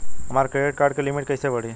हमार credit card के limit कइसे बढ़ी?